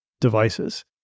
devices